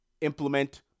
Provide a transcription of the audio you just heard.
implement